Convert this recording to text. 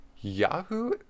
Yahoo